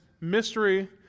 mystery